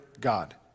God